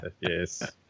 Yes